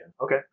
Okay